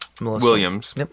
Williams